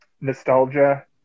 nostalgia